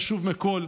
וחשוב מכול,